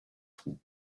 trous